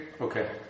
Okay